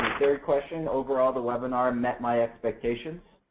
third question overall the webinar met my expectation.